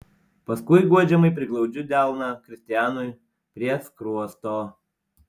paskui guodžiamai priglaudžiu delną kristianui prie skruosto